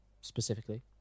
specifically